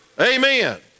Amen